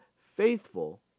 faithful